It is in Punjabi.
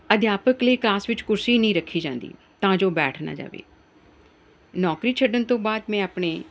ਅਧਿਆਪਕ ਲਈ ਕਲਾਸ ਵਿੱਚ ਕੁਰਸੀ ਨਹੀਂ ਰੱਖੀ ਜਾਂਦੀ ਤਾਂ ਜੋ ਬੈਠ ਨਾ ਜਾਵੇ ਨੌਕਰੀ ਛੱਡਣ ਤੋਂ ਬਾਅਦ ਮੈਂ ਆਪਣੇ